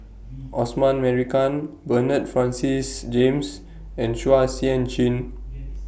Osman Merican Bernard Francis James and Chua Sian Chin